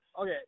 okay